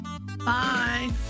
Bye